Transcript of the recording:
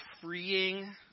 freeing